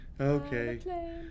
Okay